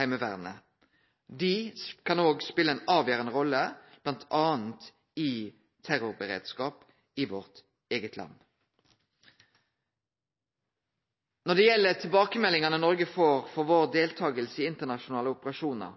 Heimevernet. Dei kan òg spele ei avgjerande rolle bl.a. i terrorberedskapen i vårt eige land. Når det gjeld tilbakemeldingane som Noreg får om si deltaking i internasjonale operasjonar,